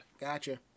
Gotcha